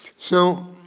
so,